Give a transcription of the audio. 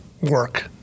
work